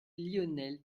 lionel